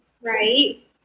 right